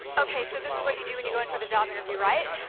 okay, so this is what you do when you go in for the job interview, right?